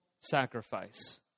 sacrifice